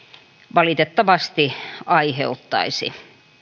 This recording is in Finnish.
valitettavasti aiheuttaisi